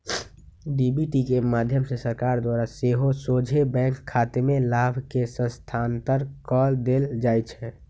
DBT के माध्यम से सरकार द्वारा सेहो सोझे बैंक खतामें लाभ के स्थानान्तरण कऽ देल जाइ छै